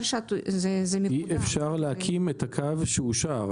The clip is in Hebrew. אי אפשר להקים את הקו שאושר.